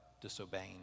disobeying